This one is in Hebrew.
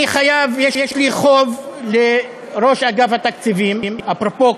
אני חייב לראש אגף התקציבים, אפרופו כדורגל,